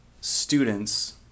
students